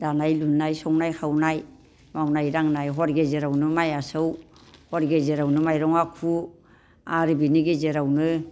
दानाय लुनाय संनाय खावनाय मावनाय दांनाय हर गेजेरावनो माइआ सौ हर गेजेरावनो माइरङा खु आरो बेनि गेजेरावनो